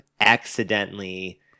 accidentally